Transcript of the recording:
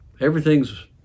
Everything's